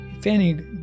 Fanny